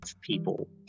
people